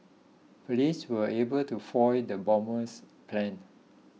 police were able to foil the bomber's plans